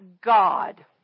God